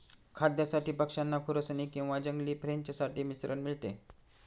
खाद्यासाठी पक्षांना खुरसनी किंवा जंगली फिंच साठी मिश्रण मिळते